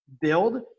build